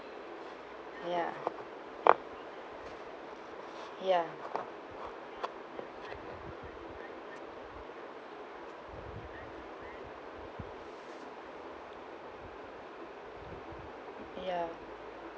ya ya ya